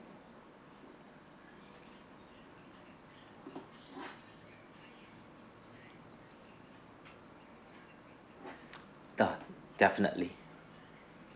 def~ definitely